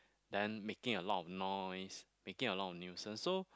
then making a lot of noise making a lot of nuisance so